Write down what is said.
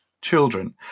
children